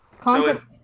Concept